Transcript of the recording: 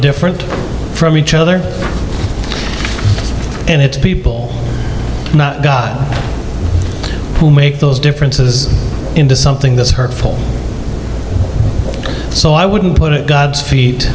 different from each other and it's people who make those differences into something that's hurtful so i wouldn't put it god's fe